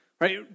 right